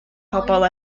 pobl